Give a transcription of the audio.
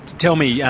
tell me, yeah